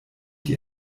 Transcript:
die